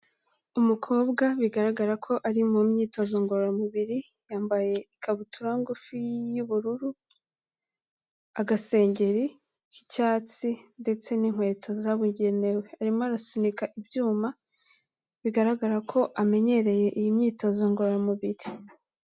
Umukobwa bigaragara ko ari mu myitozo ngororamubiri, yambaye ikabutura ngufi y'ubururu, agasengeri k'icyatsi ndetse n'inkweto zabugenewe arimo arasunika ibyuma, bigaragara ko amenyereye iyi myitozo ngororamubiri.